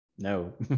No